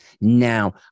Now